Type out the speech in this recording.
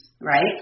right